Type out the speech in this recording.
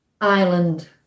Island